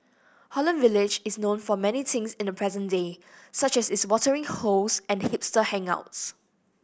Holland Village is known for many things in the present day such as its watering holes and hipster hangouts